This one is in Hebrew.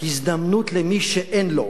הזדמנות למי שאין לו.